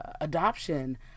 adoption